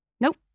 Nope